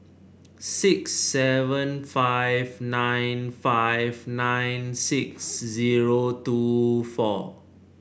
six seven five nine five nine six zero two four